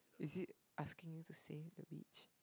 is it asking me to say the beach